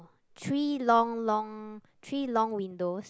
three long long three long windows